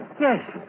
Yes